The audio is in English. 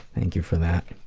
thank you for that.